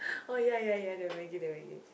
oh ya ya ya the Maggi the Maggi